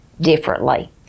differently